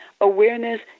awareness